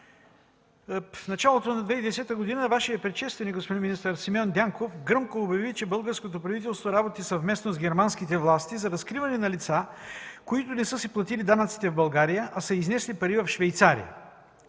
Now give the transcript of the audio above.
В началото на 2010 г. Вашият предшественик министър Симеон Дянков гръмко обяви, че българското правителство работи съвместно с германските власти за разкриване на лица, които не са си платили данъците в България, а са изнесли пари в Швейцария.